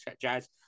jazz